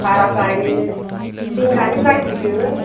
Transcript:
बारा जायो फैनानै नायफैदो नों